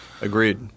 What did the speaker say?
Agreed